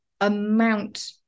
amount